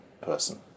person